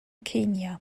kenia